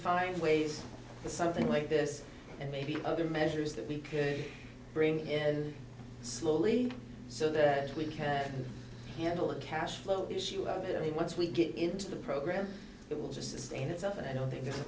find ways to something like this and maybe other measures that we could bring in slowly so that we can handle the cash flow issue of it once we get into the program that will sustain itself and i don't think there's a